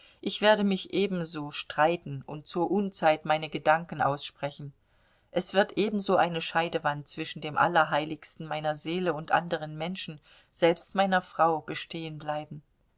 ich werde mich ebenso streiten und zur unzeit meine gedanken aussprechen es wird ebenso eine scheidewand zwischen dem allerheiligsten meiner seele und anderen menschen selbst meiner frau bestehen bleiben